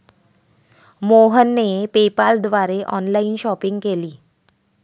मोहनने पेपाल द्वारे online shopping केली